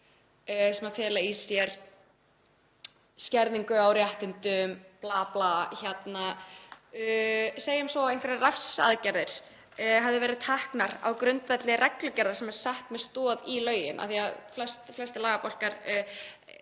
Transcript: sem fela í sér skerðingu á réttindum, bla bla. Segjum sem svo að einhverjar refsiaðgerðir hafi verið teknar á grundvelli reglugerðar sem er sett með stoð í lögum, af því að flestir lagabálkar